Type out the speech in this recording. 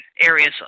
areas